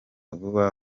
vuba